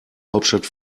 hauptstadt